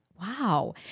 Wow